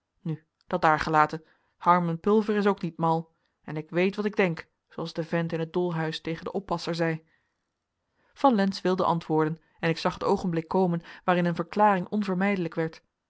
nu dat daargelaten harmen pulver is ook niet mal en ik weet wat ik denk zooals de vent in t dolhuis tegen den oppasser zei van lintz wilde antwoorden en ik zag het oogenblik komen waarin een verklaring onvermijdelijk werd